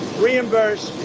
reimburse.